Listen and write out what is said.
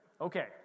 okay